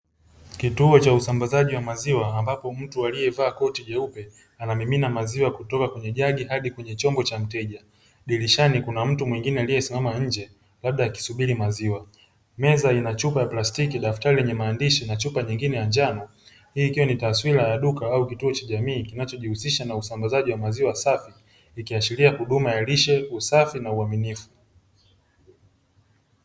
Kituo cha usambazaji wa maziwa ambapo mtu aliyevaa koti jeupe anamimina maziwa kutoka kwenye jagi hadi kwenye chombo cha mteja. Dirishani kuna mtu mwingine aliyesimama nje labda akisubiri maziwa. Meza ina chupa ya plastiki, daftari lenye maandishi na chupa nyingine ya njano; hii ikiwa ni taswira ya duka au kituo cha jamii kinachojihusisha na usambazaji wa maziwa safi ikiashiria huduma ya lishe usafi na uaminifu.